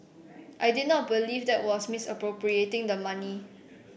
I did not believe that was misappropriating the money